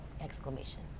exclamation